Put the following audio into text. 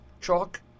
chalk